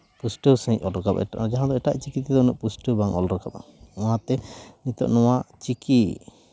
ᱯᱩᱥᱴᱟᱹᱣ ᱥᱟᱺᱦᱤᱡ ᱩᱰᱩᱠᱟ ᱡᱟᱦᱟᱸ ᱫᱚ ᱮᱴᱟᱜ ᱪᱤᱠᱤᱛᱮ ᱩᱱᱟᱹᱜ ᱯᱩᱥᱴᱟᱹᱣ ᱵᱟᱝ ᱚᱞ ᱨᱟᱠᱟᱵᱚᱜᱼᱟ ᱚᱱᱟᱛᱮ ᱱᱤᱛᱚᱜ ᱱᱚᱣᱟ ᱪᱤᱠᱤ